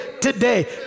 today